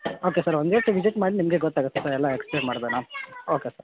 okay sir ಒಂದಿವ್ಸ visit ಮಾಡಿ ನಿಮಗೆ ಗೊತ್ತಾಗತ್ತೆ ಸರ್ ಎಲ್ಲ ಎಕ್ಸ್ಪ್ಲೇನ್ ಮಾಡ್ದ ನಾವು ಓಕೆ ಸರ್